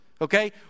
okay